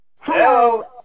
Hello